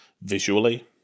visually